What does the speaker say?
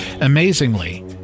Amazingly